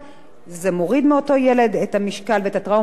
זה מוריד מאותו ילד את המשקל ואת הטראומה החוזרת,